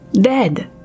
dead